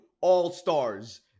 all-stars